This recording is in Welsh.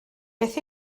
beth